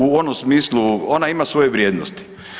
u onom smislu ona ima svoje vrijednosti.